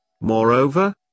Moreover